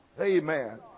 Amen